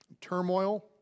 turmoil